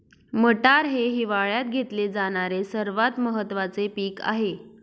मटार हे हिवाळयात घेतले जाणारे सर्वात महत्त्वाचे पीक आहे